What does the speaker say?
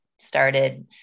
started